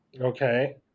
Okay